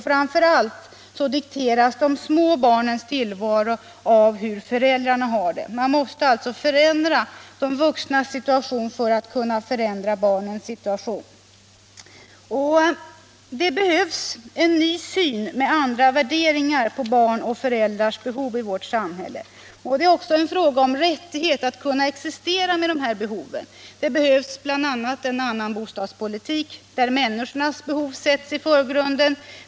Framför allt dikteras de små barnens tillvaro äv hur föräldrarna har det. Man måste alltså ändra de vuxnas situation för att kunna ändra barnens. Det behövs en ny syn med andra värderingar när det gäller barns och föräldrars behov i vårt samhälle. Det är också en fråga om rättighet att kunna existera med de här behoven. BI. a. behövs en annan bostadspolitik, där människornas behov sätts i förgrunden.